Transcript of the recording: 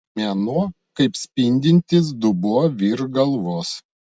mėnuo kaip spindintis dubuo virš galvos